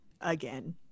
again